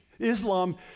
Islam